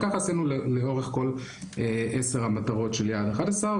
וככה עשינו לכל עשר המטרות של יעד 11,